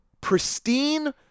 pristine